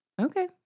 Okay